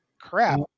crap